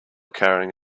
carrying